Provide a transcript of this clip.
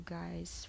guys